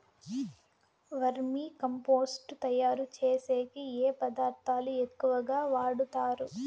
వర్మి compost తయారుచేసేకి ఏ పదార్థాలు ఎక్కువగా వాడుతారు